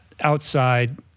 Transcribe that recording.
outside